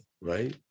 right